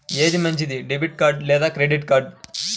ఏది మంచిది, debit card లేదా క్రెడిట్ కార్డ్?